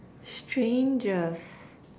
strangest